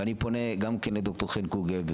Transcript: ואני פונה גם כן לד"ר חן קוגל,